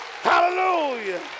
Hallelujah